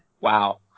Wow